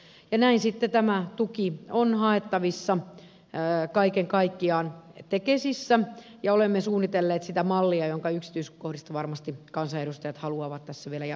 näin sitten tämä tuki on haettavissa kaiken kaikkiaan tekesissä ja olemme suunnitelleet sitä mallia jonka yksityiskohdista varmasti kansanedustajat haluavat tässä vielä jatkossa tietää